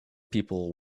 people